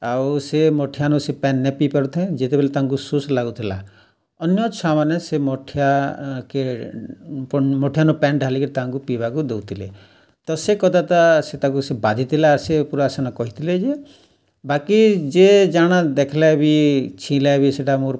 ଆଉ ସେ ମଠିଆନୁ ସେ ପାଏନ୍ ନାଇ ପିଇ ପାରୁଥାଇ ଯେତେବେଲେ ତାଙ୍କୁ ଶୋଷ୍ ଲାଗୁଥିଲା ଅନ୍ୟ ଛୁଆମାନେ ସେ ମଠିଆ କେ ମଠିଆନୁ ପାଏନ୍ ଢାଲିକିରି ତାଙ୍କୁ ପିଇବାକୁ ଦେଉଥିଲେ ତ ସେ କଥାଟା ସେ ତାଙ୍କୁ ସେ ବାଧିଥିଲା ସେ ପୁରା ସେନ କହିଥିଲେ ଯେ ବାକି ଯିଏ ଜାଣା ଦେଖ୍ଲେ ବି ଛିଁ'ଲେ ବି ସେଟା ମୋର୍